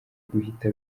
guhita